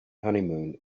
honeymoon